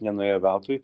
nenuėjo veltui